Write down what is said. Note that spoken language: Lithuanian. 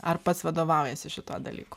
ar pats vadovaujiesi šituo dalyku